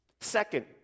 Second